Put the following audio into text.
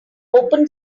open